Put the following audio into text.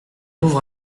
ouvre